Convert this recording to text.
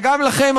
וגם לכם,